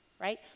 Right